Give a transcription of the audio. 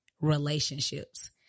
relationships